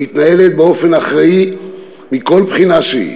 המתנהלת באופן אחראי מכל בחינה שהיא